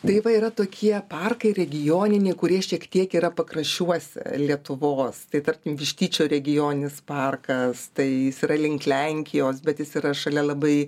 tai va yra tokie parkai regioniniai kurie šiek tiek yra pakraščiuose lietuvos tai tarkim vištyčio regioninis parkas tai yra link lenkijos bet jis yra šalia labai